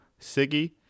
Siggy